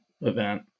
event